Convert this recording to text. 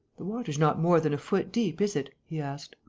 the water's not more than a foot deep, is it? he asked.